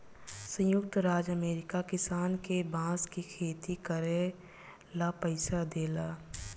संयुक्त राज्य अमेरिका किसान के बांस के खेती करे ला पइसा देला